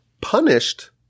punished